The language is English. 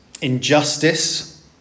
injustice